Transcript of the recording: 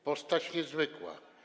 Postać niezwykła.